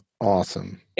awesome